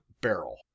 barrel